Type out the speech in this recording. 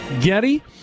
Getty